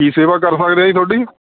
ਕੀ ਸੇਵਾ ਕਰ ਸਕਦੇ ਹਾਂ ਜੀ ਤੁਹਾਡੀ